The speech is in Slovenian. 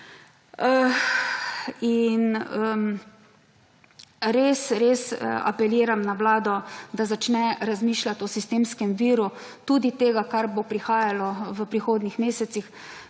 Res apeliram na vlado, da začne razmišljati o sistemskem viru, tudi tega kar bo prihajalo v prihodnjih mesecih,